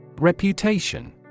Reputation